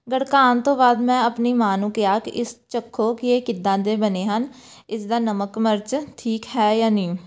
ਗੜਕਾਉਣ ਤੋਂ ਬਾਅਦ ਮੈਂ ਆਪਣੀ ਮਾਂ ਨੂੰ ਕਿਹਾ ਕਿ ਇਸ ਚੱਖੋ ਕਿ ਇਹ ਕਿੱਦਾਂ ਦੇ ਬਣੇ ਹਨ ਇਸਦਾ ਨਮਕ ਮਿਰਚ ਠੀਕ ਹੈ ਜਾਂ ਨਹੀਂ